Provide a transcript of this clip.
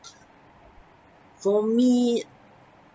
for me